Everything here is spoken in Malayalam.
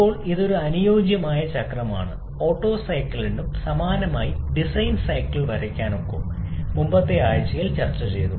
ഇപ്പോൾ ഇത് ഒരു അനുയോജ്യമായ ചക്രമാണ് ഓട്ടോ സൈക്കിളിനും സമാനമായി ഡിസൈൻ സൈക്കിൾ വരയ്ക്കാനാകും മുമ്പത്തെ ആഴ്ചയിൽ ചർച്ചചെയ്തു